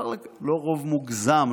לא רוב מוגזם,